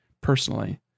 personally